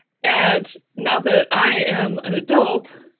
and now that i am an adult,